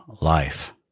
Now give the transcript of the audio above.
life